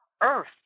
Earth